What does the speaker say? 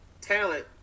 talent